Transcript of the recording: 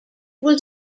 was